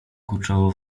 kurczowo